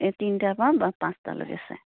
এই তিনিটাৰ পৰা বা পাঁচটালৈকে চায়